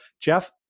Jeff